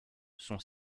sont